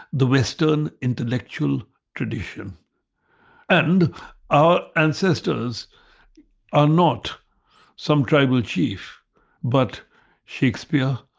the western intellectual tradition and our ancestors are not some tribal chief but shakespeare,